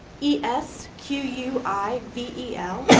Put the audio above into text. e s q u i v e l.